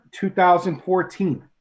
2014